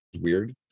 weird